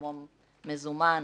כמו מזומן,